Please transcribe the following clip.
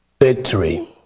Victory